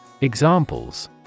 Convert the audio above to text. Examples